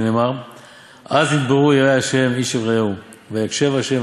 שנאמר 'אז נדברו יראי ה' איש אל רעהו ויקשב ה'